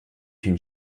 une